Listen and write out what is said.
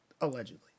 Allegedly